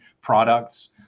products